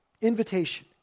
Invitation